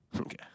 Okay